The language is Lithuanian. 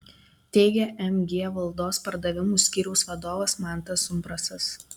teigia mg valdos pardavimų skyriaus vadovas mantas umbrasas